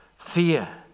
fear